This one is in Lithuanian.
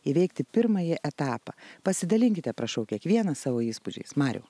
įveikti pirmąjį etapą pasidalinkite prašau kiekvienas savo įspūdžiais mariau